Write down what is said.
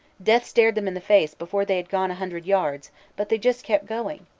death stared them in the face before they had gone a hundred yards but they just kept going.